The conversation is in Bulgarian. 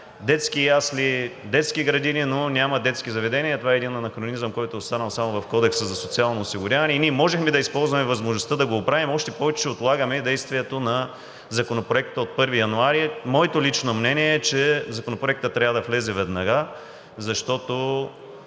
„детски ясли“, „детски градини“, но няма „детски заведения“. Това е един анахронизъм, който е останал само в Кодекса за социално осигуряване. Ние можехме да използваме възможността да го оправим, още повече че отлагаме действието на Законопроекта от 1 януари. Моето лично мнение е, че Законопроектът трябва да влезе веднага, защото,